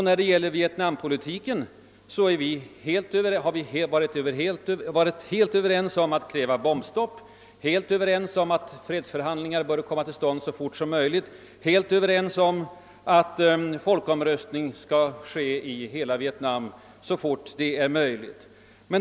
När det gäller Vietnampolitiken har vi varit helt överens om att kräva bombstopp, helt överens om att fredsförhandlingar bör komma till stånd så fort som möjligt och helt överens om att. folkomröstning skall ske i Vietnam så fort det är möjligt.